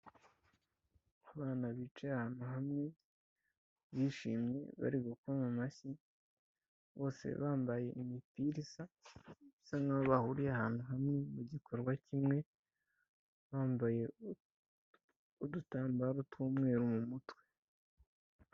Abana bicaye ahantu hamwe bishimye bari gukoma amashyi bose bambaye imipira isa bisa nk'aho bahuriye ahantu hamwe mu mugikorwa kimwe bambaye udutambaro tw'umweru mu mutwe.